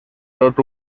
tot